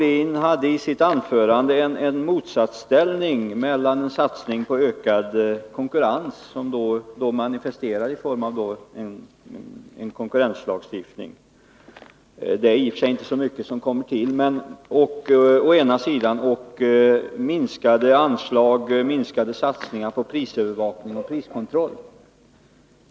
I Björn Molins anförande fanns en motsatsställning mellan å ena sidan en satsning på ökad konkurrens, manifesterad i form av en konkurrenslagstiftning — i och för sig är det inte mycket som kommer till — samt å andra sidan minskade anslag och minskade satsningar när det gäller prisövervakning och priskontroll.